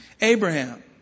Abraham